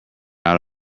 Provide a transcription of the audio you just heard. out